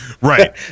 Right